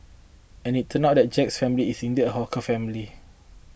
and it turned out that Jack's family is indeed a hawker family